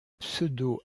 pseudo